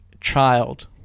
child